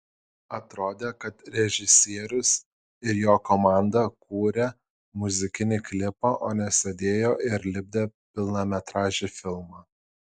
atrodė kad režisierius ir jo komanda kūrė muzikinį klipą o ne sėdėjo ir lipdė pilnametražį filmą